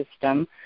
system